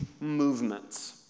movements